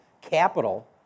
capital